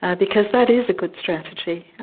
ah because that is a good strategy.